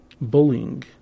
Bullying